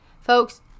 Folks